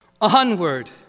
onward